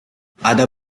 ada